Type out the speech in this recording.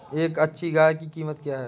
एक अच्छी गाय की कीमत क्या है?